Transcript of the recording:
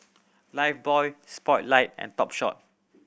Lifebuoy Spotlight and Topshop